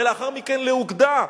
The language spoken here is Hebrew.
ולאחר מכן לאוגדה,